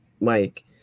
Mike